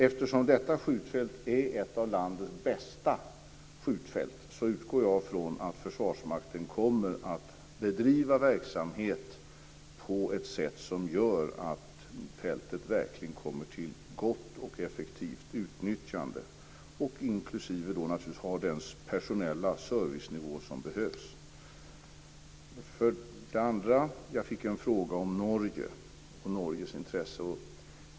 Eftersom detta skjutfält är ett av landets bästa skjutfält, utgår jag från att Försvarsmakten kommer att bedriva verksamhet på ett sätt som gör att fältet verkligen kommer till gott och effektivt utnyttjande, inklusive har den personella servicenivå som behövs. Jag fick också en fråga om Norge och Norges intresse.